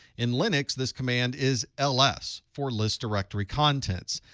in linux this command is ls for list directory contents.